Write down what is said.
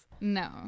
No